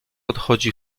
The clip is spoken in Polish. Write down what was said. odchodzi